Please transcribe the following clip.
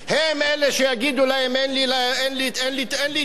הם אלה שיגידו להם: אין לך,